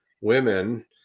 women